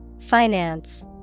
Finance